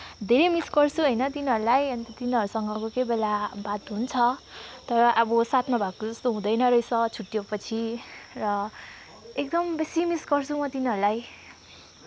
धेरै मिस गर्छु होइन तिनीहरूलाई अन्त तिनीहरूसँग कोही बेला बात हुन्छ तर अब साथमा भएको जस्तो हुँदैन रहेछ छुट्टियो पछि र एकदम बेसी मिस गर्छु म तिनीहरूलाई